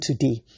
today